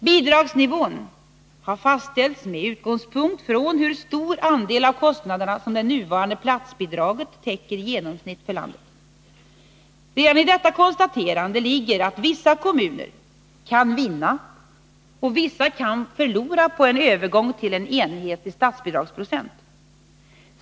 Bidragsnivån har fastställts med utgångspunkt i hur stor andel av kostnaderna som det nuvarande platsbidraget täcker i genomsnitt för landet. Redan i detta konstaterande ligger att vissa kommuner kan vinna och vissa kan förlora på en övergång till en enhetlig statsbidragsprocent.